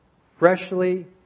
freshly